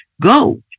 go